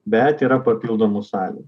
bet yra papildomų salių